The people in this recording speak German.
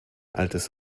altes